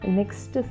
next